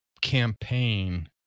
campaign